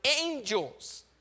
angels